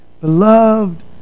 beloved